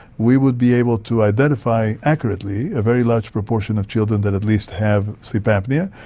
we would be able to identify accurately a very large proportion of children that at least have sleep apnoea.